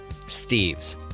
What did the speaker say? Steves